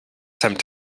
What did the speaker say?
tempt